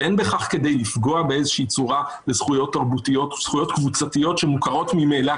שאין בכך כדי לפגוע באיזושהי צורה בזכויות קבוצתיות שמוכרות ממילא